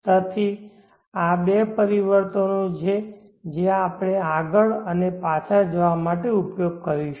તેથી આ બે પરિવર્તનો છે જેનો આપણે આગળ અને પાછળ જવા માટે ઉપયોગ કરીશું